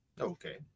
Okay